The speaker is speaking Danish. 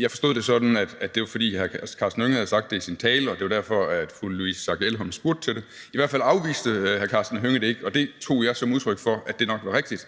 Jeg forstod det sådan, at det var, fordi hr. Karsten Hønge havde nævnte det i sin tale, og at det var derfor, fru Louise Schack Elholm spurgte til det. I hvert fald afviste hr. Karsten Hønge det ikke, og det tog jeg som udtryk for, at det nok var rigtigt,